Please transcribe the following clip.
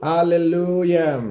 Hallelujah